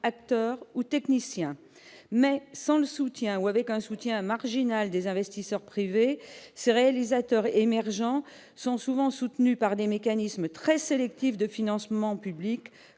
acteurs ou techniciens mais sans le soutien, ou avec un soutien marginale des investisseurs privés, ces réalisateurs émergents sont souvent soutenus par des mécanismes très sélectif de financement public,